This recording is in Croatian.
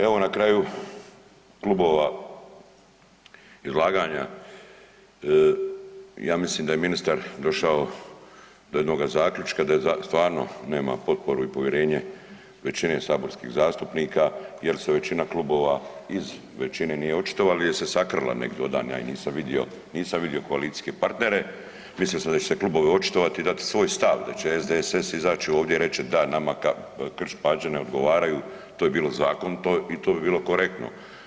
Evo na kraju klubova izlaganja, ja mislim da je ministar došao do jednoga zaključka da stvarno nema potporu i povjerenje većine saborskih zastupnika jer se većina klubova iz većine nije očitovali il se je sakrila negdi ovdan, ja ih nisam vidio, nisam vidio koalicijske partnere, mislio sam da će se klubovi očitovati i dati svoj stav, da će SDSS izaći ovdje i reći da nama Krš-Pađene odgovaraju i to bi bilo zakonito i to bi bilo korektno.